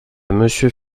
monsieur